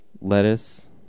lettuce